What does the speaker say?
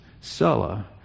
Sulla